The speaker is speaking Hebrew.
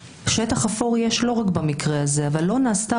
שטח אפור יש לא רק במקרה הזה אבל לא נעשתה